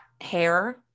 hair